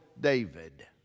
David